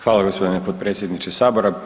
Hvala gospodine potpredsjedniče Sabora.